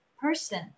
person